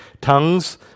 Tongues